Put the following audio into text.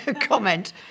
comment